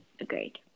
Agreed